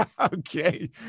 Okay